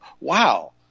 wow